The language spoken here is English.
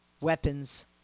weapons